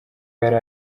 yari